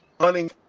hunting